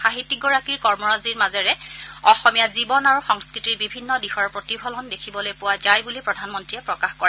সাহিত্যিকগৰাকীৰ কৰ্মৰাজিৰ মাজেৰে অসমীয়া জীৱন আৰু সংস্কৃতিৰ বিভিন্ন দিশৰ প্ৰতিফলন দেখিবলৈ পোৱা যায় বুলি প্ৰধানমন্ত্ৰীয়ে প্ৰকাশ কৰে